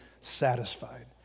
satisfied